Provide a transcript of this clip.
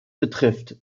betrifft